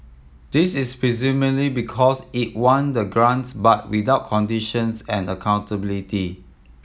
this is presumably because it want the grants but without conditions and accountability